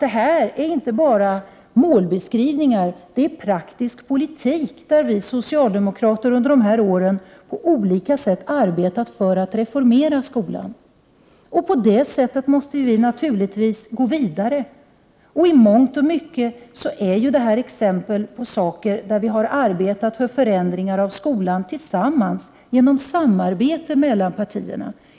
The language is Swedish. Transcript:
Det här är inte bara målbeskrivningar — det är praktisk politik som visar hur vi socialdemokrater under de senaste åren på olika sätt arbetat för att reformera skolan. På det sättet måste vi naturligtvis gå vidare. I mångt och mycket är det här exempel på att vi tillsammans har arbetat för förändringar av skolan och åstadkommit dem genom samarbete mellan partierna.